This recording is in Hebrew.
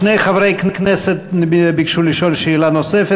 שני חברי כנסת ביקשו לשאול שאלה נוספת.